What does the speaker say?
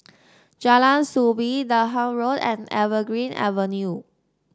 Jalan Soo Bee Durham Road and Evergreen Avenue